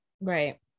right